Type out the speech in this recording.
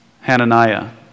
Hananiah